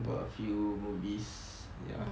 got a few movies ya